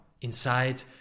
Inside